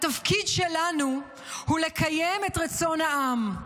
התפקיד שלנו הוא לקיים את רצון העם.